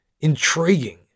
intriguing